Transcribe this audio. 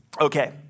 Okay